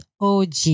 OG